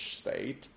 state